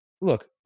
look